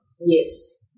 Yes